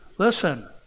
Listen